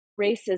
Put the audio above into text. racism